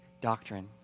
doctrine